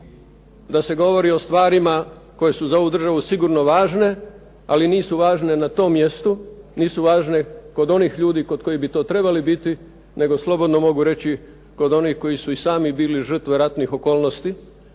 da se govori o stvarima koje su za ovu državu sigurno važne, ali nisu važne na tom mjestu, nisu važne kod onih ljudi kod kojih bi to trebali biti, nego slobodno mogu reći, kod onih koji su i sami bili žrtve ratnih okolnosti,